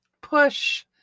push